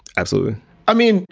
absolutely i mean,